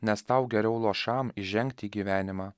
nes tau geriau luošam įžengti į gyvenimą